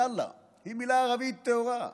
יאללה היא מילה ערבית טהורה.